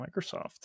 microsoft